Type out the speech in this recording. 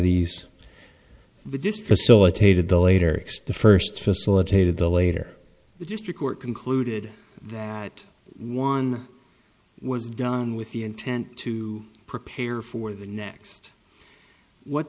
extent first facilitated the later the district court concluded that one was done with the intent to prepare for the next what